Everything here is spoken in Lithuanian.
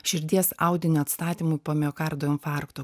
širdies audinio atstatymui po miokardo infarkto